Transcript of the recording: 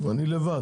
אני לבד